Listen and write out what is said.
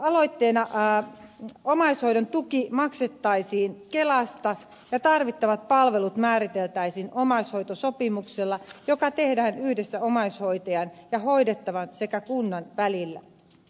aloitteen mukaan omaishoidon tuki maksettaisiin kelasta ja tarvittavat palvelut määriteltäisiin omaishoitosopimuksella joka tehdään yhdessä omaishoitajan ja hoidettavan sekä kunnan välillä